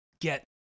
get